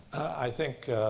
i think